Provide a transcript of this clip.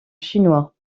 chinois